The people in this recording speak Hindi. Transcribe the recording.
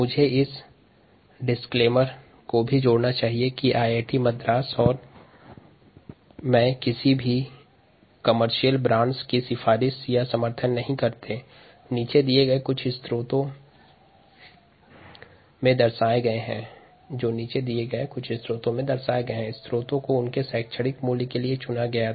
यहाँ आईआईटी मद्रास और इस व्याख्यान के व्याख्याता श्री जी के सुरैस्कुमार इस व्याख्यान में सुझाए गए वेब स्रोतों के अंतर्गत किसी भी व्यावसायिक प्रतिष्ठान की सिफारिश या समर्थन नहीं करते हैं इन्हें केवल इनके शिक्षण मूल्यों के लिए चुना गया था